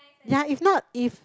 ya if not if